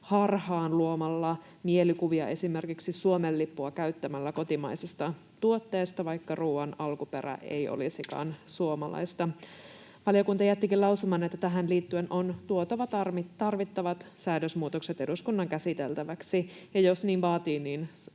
harhaan luomalla esimerkiksi Suomen lippua käyttämällä mielikuvia kotimaisista tuotteista, vaikka ruoan alkuperä ei olisikaan suomalaista. Valiokunta jättikin lausuman, että tähän liittyen on tuotava tarvittavat säädösmuutokset eduskunnan käsiteltäväksi, ja jos asia niin vaatii,